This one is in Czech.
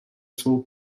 svou